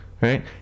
right